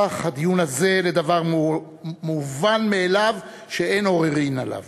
הפך הדיון הזה לדבר מובן מאליו שאין עוררין עליו.